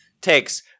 takes